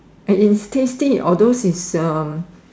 it is tasty although this is um